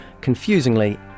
confusingly